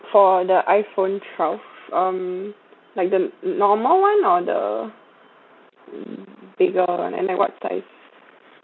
for the iPhone twelve um like the normal [one] or the mm bigger [one] and then what size